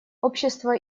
общество